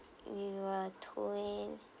you were twen~